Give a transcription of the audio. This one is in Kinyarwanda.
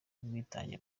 n’ubwitange